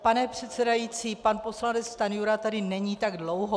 Pane předsedající, pan poslanec Stanjura tady není tak dlouho.